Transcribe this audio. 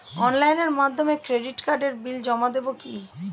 অনলাইনের মাধ্যমে ক্রেডিট কার্ডের বিল জমা দেবো কি?